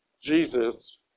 Jesus